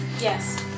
Yes